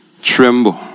tremble